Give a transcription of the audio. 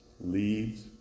leads